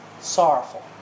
sorrowful